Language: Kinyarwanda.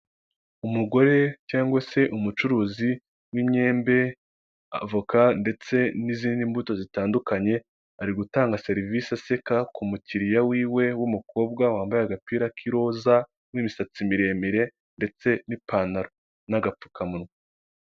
Umugore cyangwa se umucuruzi w'imyembe, avoka ndetse n'izindi mbuto zitandukanye; ari gutanga serivisi aseka ku mukiriya wiwe w'umukobwa; wambaye agapira k'iroza n'imisatsi miremire ndetse n'ipantaro n'agapfukamunwa.